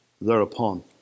thereupon